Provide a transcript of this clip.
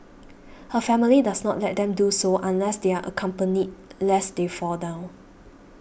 her family does not let them do so unless they are accompanied lest they fall down